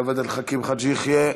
עבד אל חכים חאג' יחיא,